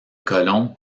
colons